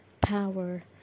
power